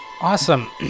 Awesome